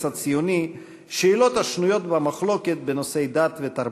הציוני שאלות השנויות במחלוקת בנושאי דת ותרבות,